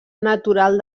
natural